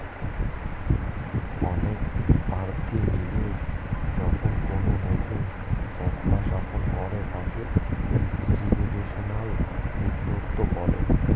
অনেক প্রার্থী মিলে যখন কোনো নতুন সংস্থা স্থাপন করে তাকে ইনস্টিটিউশনাল উদ্যোক্তা বলে